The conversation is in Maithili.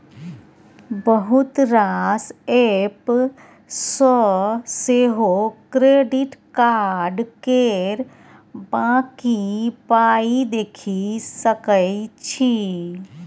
बहुत रास एप्प सँ सेहो क्रेडिट कार्ड केर बाँकी पाइ देखि सकै छी